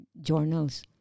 journals